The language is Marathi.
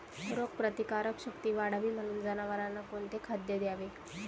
रोगप्रतिकारक शक्ती वाढावी म्हणून जनावरांना कोणते खाद्य द्यावे?